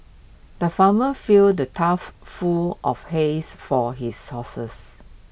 the farmer filled the tough full of hays for his